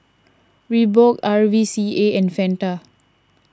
Reebok R V C A and Fanta